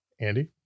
Andy